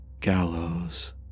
gallows